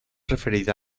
referida